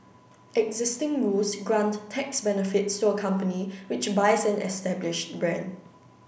existing rules grant tax benefits to a company which buys an established brand